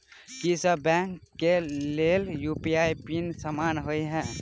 की सभ बैंक खाता केँ लेल यु.पी.आई पिन समान होइ है?